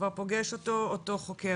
כבר פוגש אותו החוקר.